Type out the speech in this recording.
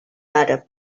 àrab